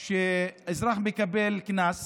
אזרח מקבל קנס